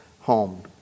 home